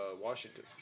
Washington